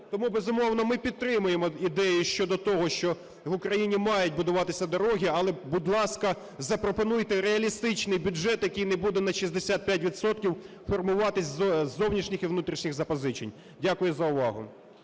Тому, безумовно, ми підтримуємо ідею щодо того, що в Україні мають будуватися дороги, але, будь ласка, запропонуйте реалістичний бюджет, який не буде на 65 відсотків формуватися із зовнішніх і внутрішніх запозичень. Дякую за увагу.